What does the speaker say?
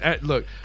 Look